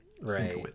Right